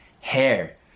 hair